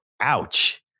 ouch